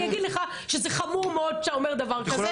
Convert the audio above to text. אגיד לך שזה חמור מאוד שאתה אומר דבר כזה.